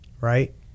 Right